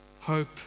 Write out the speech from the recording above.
Hope